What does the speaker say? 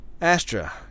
Astra